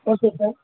okay sir